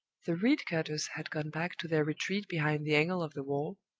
the reed-cutters had gone back to their retreat behind the angle of the wall,